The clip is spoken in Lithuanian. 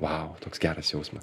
vau toks geras jausmas